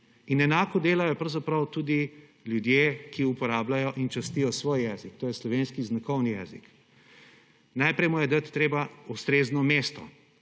In enako delajo pravzaprav tudi ljudje, ki uporabljajo in častijo svoj jezik, to je slovenski znakovni jezik. Najprej mu je dati treba ustrezno mesto.